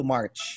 March